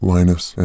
Linus